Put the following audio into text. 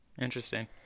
Interesting